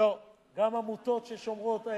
לא, גם עמותות ששומרות,